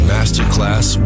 Masterclass